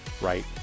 right